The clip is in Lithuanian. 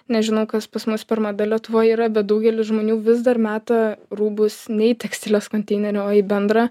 nežinau kas pas mus per mada lietuvoj yra bet daugelis žmonių vis dar meta rūbus ne į tekstilės konteinerį o į bendrą